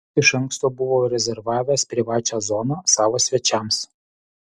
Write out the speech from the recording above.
jis iš anksto buvo rezervavęs privačią zoną savo svečiams